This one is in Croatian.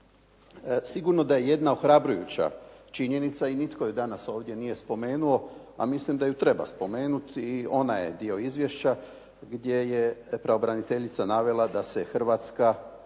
sigurno da je jedna ohrabrujuća činjenica i nitko ju danas ovdje nije spomenuo a mislim da ju treba spomenuti, i ona je dio izvješća gdje je pravobraniteljica navela da se Hrvatska